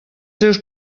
seus